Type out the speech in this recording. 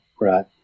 Right